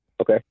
Okay